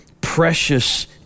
precious